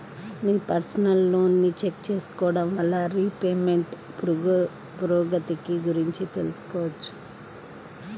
మీ personal లోన్ని check చేసుకోడం వల్ల రీపేమెంట్ పురోగతిని గురించి తెలుసుకోవచ్చు